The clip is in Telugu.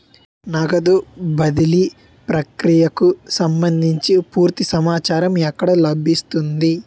నగదు బదిలీ ప్రక్రియకు సంభందించి పూర్తి సమాచారం ఎక్కడ లభిస్తుంది?